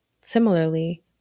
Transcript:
similarly